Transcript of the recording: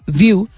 view